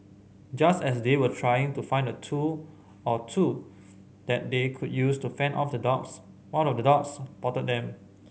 just as they were trying to find a tool or two that they could use to fend off the dogs one of the dogs spotted them